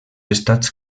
estats